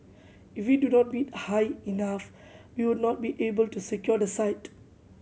if we do not bid high enough we would not be able to secure the site